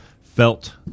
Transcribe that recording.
felt